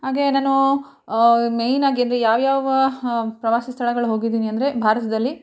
ಹಾಗೆ ನಾನು ಮೇಯ್ನಾಗಿ ಅಂದರೆ ಯಾವ್ಯಾವ ಹ ಪ್ರವಾಸಿ ಸ್ಥಳಗಳು ಹೋಗಿದ್ದೀನಿ ಅಂದರೆ ಭಾರತದಲ್ಲಿ